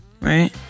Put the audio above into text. Right